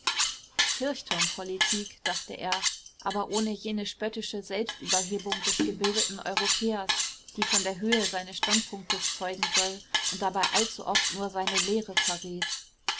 kirchturmpolitik dachte er aber ohne jene spöttische selbstüberhebung des gebildeten europäers die von der höhe seines standpunktes zeugen soll und dabei allzu oft nur seine leere verrät